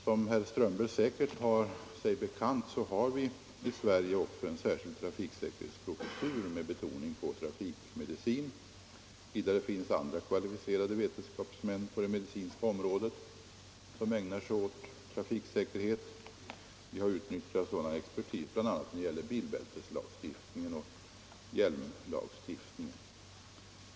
Som herr Strömberg i Botkyrka säkert har sig bekant har vi i Sverige också en särskild trafiksäkerhetsprofessur med betoning på trafik medicin. Vidare finns andra kvalificerade vetenskapsmän på det medicinska området som ägnar sig åt trafiksäkerhet. Expertisen har utnyttjats bl.a. när det gäller vår bilbältesoch hjälmlagstiftning.